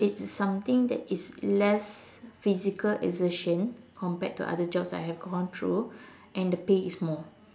it's something that is less physical assertion compared to other jobs that I have gone through and the pay is more